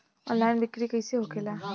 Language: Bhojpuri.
ऑनलाइन बिक्री कैसे होखेला?